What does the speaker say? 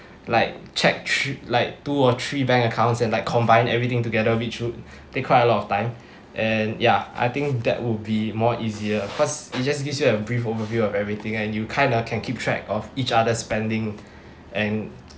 like check thr~ like two or three bank accounts and like combine everything together which would take quite a lot of time and ya I think that would be more easier cause it just gives you have brief overview of everything and you kinda can keep track of each other spending and